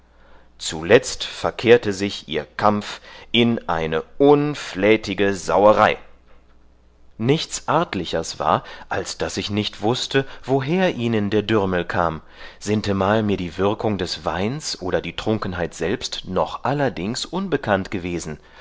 zuletzt verkehrte sich ihr kampf in eine unflätige sauerei nichts artlichers war als daß ich nicht wußte woher ihnen der dürmel kam sintemal mir die würkung des weins oder die trunkenheit selbst noch allerdings unbekannt gewesen